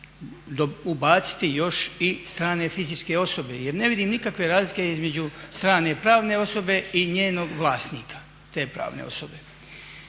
ubaciti još i strane fizičke osobe jer ne vidim nikakve razlike između strane pravne osobe i njenog vlasnika te pravne osobe.